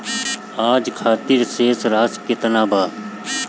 आज खातिर शेष राशि केतना बा?